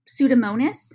Pseudomonas